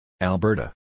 Alberta